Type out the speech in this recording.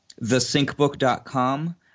thesyncbook.com